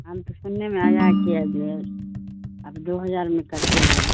ہم کو سننے میں آیا ہے کہ آپ دو ہجار میں کرتے ہیں